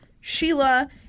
Sheila